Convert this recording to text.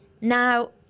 now